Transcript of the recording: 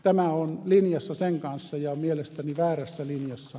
tämä on linjassa sen kanssa ja mielestäni väärässä linjassa